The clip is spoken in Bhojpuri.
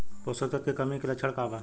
पोषक तत्व के कमी के लक्षण का वा?